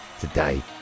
today